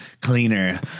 cleaner